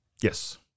Yes